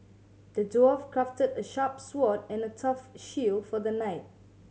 the dwarf crafted a sharp sword and a tough shield for the knight